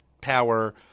power